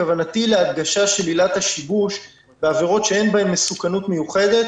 כוונתי להדגשה של עילת השיבוש בעבירות שאין בהן מסוכנות מיוחדת